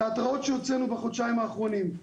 להתראות שהוצאנו בחודשיים האחרונים.